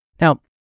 Now